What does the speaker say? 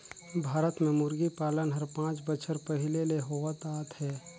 भारत में मुरगी पालन हर पांच बच्छर पहिले ले होवत आत हे